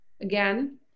again